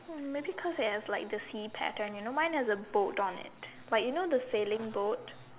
maybe cause it has like the sea pattern you know mine has a boat on it like you know the sailing boat